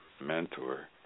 mentor